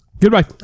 goodbye